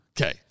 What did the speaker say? Okay